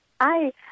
hi